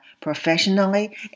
professionally